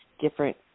different